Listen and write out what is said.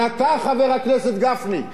אבל אתה, חבר הכנסת גפני,